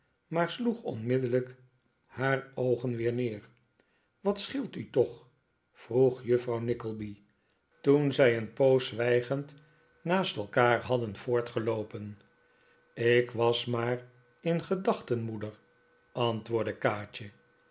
maar sloeg onmiddellijk haar oogen weer neer wat scheelt u toch vroeg juffrouw nickleby toen zij een poos zwijgend naast nikolaas nickleby elkaar hadden voortgeloopen ik was maar in gedachten moeder antwoordde kaatje